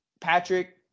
Patrick